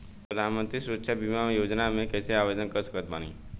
प्रधानमंत्री सुरक्षा बीमा योजना मे कैसे आवेदन कर सकत बानी?